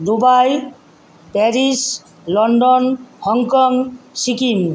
Dubai Paris London Hong Kong Sikkim